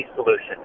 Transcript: solution